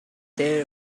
there